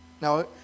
now